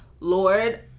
Lord